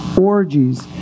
orgies